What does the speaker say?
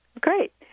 Great